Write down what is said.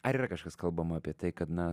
ar yra kažkas kalbama apie tai kad na